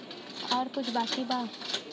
और कुछ बाकी बा?